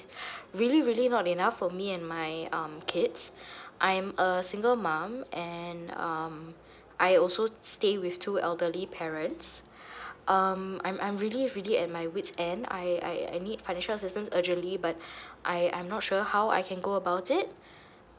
really really not enough for me and my um kids I'm a single mom and um I also stay with two elderly parents um I'm I'm really really at my wit's end I I I need financial assistance urgently but I I'm not sure how I can go about it